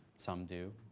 some do,